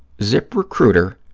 ziprecruiter.